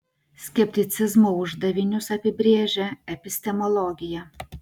skepticizmo uždavinius apibrėžia epistemologija